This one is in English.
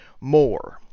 more